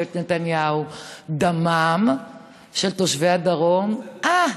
בממשלת נתניהו, דמם של תושבי הדרום, אה,